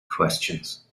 questions